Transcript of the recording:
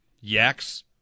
Yaks